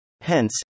Hence